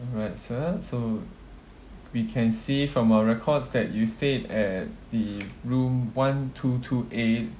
alright sir so we can see from our records that you stayed at the room one two two eight